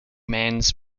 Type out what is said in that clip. man’s